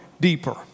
deeper